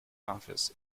office